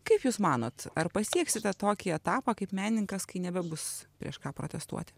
kaip jūs manot ar pasieksite tokį etapą kaip menininkas kai nebebus prieš ką protestuoti